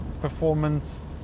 performance